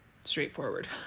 straightforward